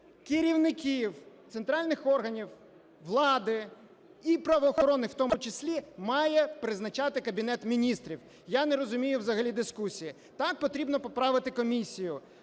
Керівників центральних органів влади і правоохоронних в тому числі має призначати Кабінет Міністрів. Я не розумію взагалі дискусії. Так, потрібно поправити комісію